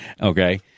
Okay